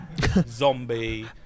zombie